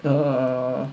err